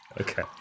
Okay